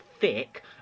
thick